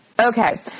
Okay